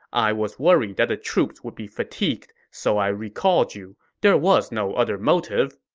i was worried that the troops would be fatigued, so i recalled you. there was no other motive.